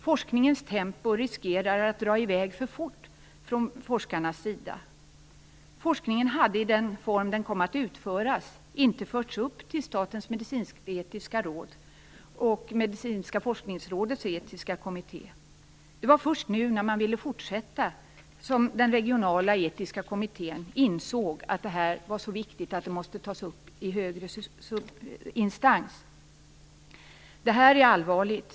Forskningens tempo riskerar att dra i väg för fort från forskarnas sida. Forskningen hade i den form den kom att utföras inte förts upp till Statens medicinsketiska råd och Medicinska forskningsrådets etiska kommitté. Det var först nu när man ville fortsätta som den regionala etiska kommittén insåg att detta var så viktigt att det måste tas upp i högre instans. Detta är allvarligt.